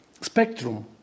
spectrum